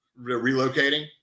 relocating